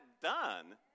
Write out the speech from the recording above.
Done